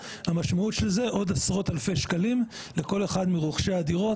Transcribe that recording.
המשמעות היא עוד עשרות אלפי שקלים לכל אחד מרוכשי הדירות.